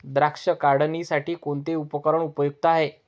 द्राक्ष काढणीसाठी कोणते उपकरण उपयुक्त आहे?